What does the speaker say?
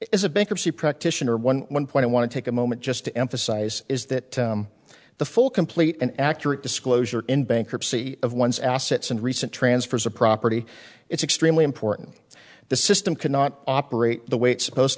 is a bankruptcy practitioner one one point i want to take a moment just to emphasize is that the full complete and accurate disclosure in bankruptcy of one's assets and recent transfers of property it's extremely important the system cannot operate the way it's supposed